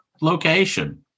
location